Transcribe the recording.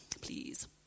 please